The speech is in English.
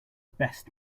best